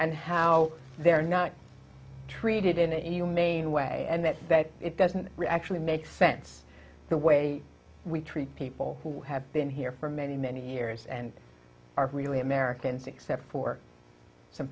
and how they're not treated in a humane way and that that it doesn't actually make sense the way we treat people who have been here for many many years and are really americans except for some